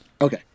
Okay